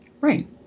Right